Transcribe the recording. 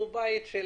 הוא בית של